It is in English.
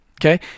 okay